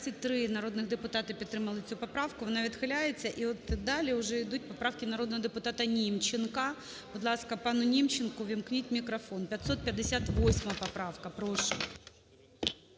23 народних депутати підтримали цю поправку, вона відхиляється. І от далі уже йдуть поправки народного депутатаНімченка. Будь ласка, пану Німченку ввімкніть мікрофон. 558 поправка, прошу.